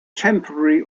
temporary